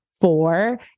four